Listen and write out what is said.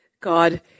god